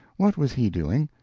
what was he doing?